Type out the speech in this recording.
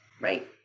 Right